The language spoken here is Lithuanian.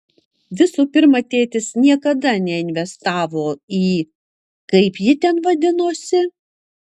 visų pirma tėtis niekada neinvestavo į kaip ji ten vadinosi